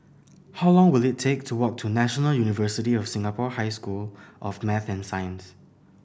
how long will it take to walk to National University of Singapore High School of Math and Science